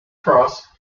cross